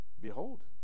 behold